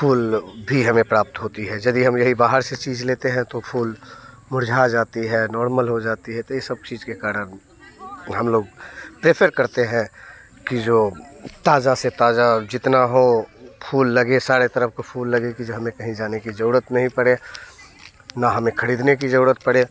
फूल भी हमें प्राप्त होते हैं यदि हम यही बाहर से चीज़ लेते हैं तो फूल मुरझा जाते हैं नॉर्मल हो जाते हैं तो ये सब चीज़ के कारण हम लोग प्रेफर करते हैं कि जो ताज़ा से ताज़ा और जितना हो फूल लगे सारे तरफ़ को फूल लगेंगे हमें कहीं जाने की ज़रूरत नहीं पड़े ना हमें ख़रीदने की ज़रूरत पड़े